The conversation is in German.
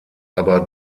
aber